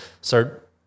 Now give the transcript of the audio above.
start